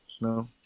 No